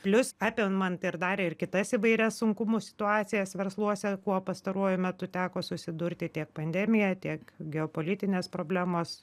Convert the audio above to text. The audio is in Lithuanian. plius apimant ir dar ir kitais įvairias sunkumų situacijas versluose kuo pastaruoju metu teko susidurti tiek pandemija tiek geopolitinės problemos